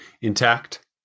intact